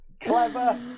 Clever